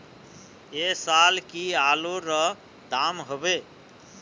ऐ साल की आलूर र दाम होबे?